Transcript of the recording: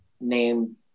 Named